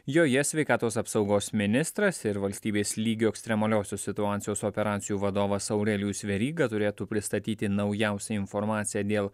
joje sveikatos apsaugos ministras ir valstybės lygio ekstremaliosios situacijos operacijų vadovas aurelijus veryga turėtų pristatyti naujausią informaciją dėl